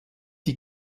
die